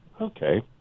Okay